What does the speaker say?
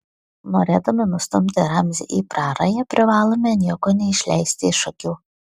norėdami nustumti ramzį į prarają privalome nieko neišleisti iš akių